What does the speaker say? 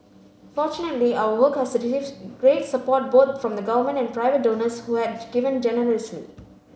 fortunately our work has great support both from the Government and private donors who had given generously